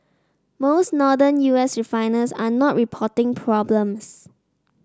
most northern U S refiners are not reporting problems